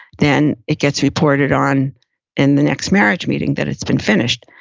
then it gets reported on in the next marriage meeting that it's been finished.